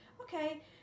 okay